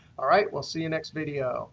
all right. we'll see you next video.